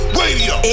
radio